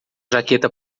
jaqueta